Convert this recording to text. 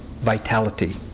vitality